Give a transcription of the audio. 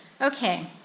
Okay